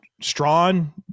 Strawn